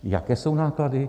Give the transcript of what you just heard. Jaké jsou náklady?